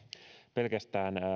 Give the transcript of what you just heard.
pelkästään